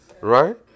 Right